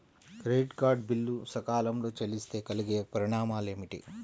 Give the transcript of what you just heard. Credit card bill సకాలంలో చెల్లిస్తే కలిగే పరిణామాలేమిటి?